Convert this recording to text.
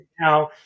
now